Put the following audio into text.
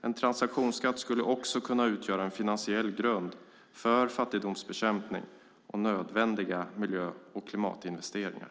En transaktionsskatt skulle också kunna utgöra en finansiell grund för fattigdomsbekämpning och nödvändiga miljö och klimatinvesteringar.